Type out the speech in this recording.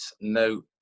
no